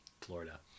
Florida